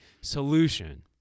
solution